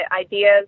ideas